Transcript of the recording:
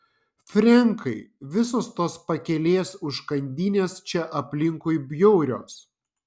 frenkai visos tos pakelės užkandinės čia aplinkui bjaurios